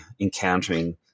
encountering